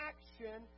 Action